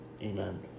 Amen